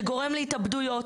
זה גורם להתאבדויות,